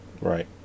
Right